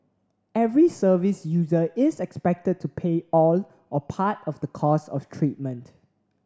every service user is expected to pay all or part of the costs of treatment